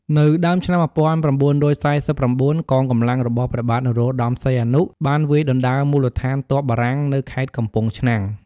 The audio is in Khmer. នៅដើមឆ្នាំ ១៩៤៩ កងកម្លាំងរបស់ព្រះបាទ នរោត្តមសីហនុ បានវាយដណ្ដើមមូលដ្ឋានទ័ពបារាំងនៅខេត្តកំពង់ឆ្នាំង ។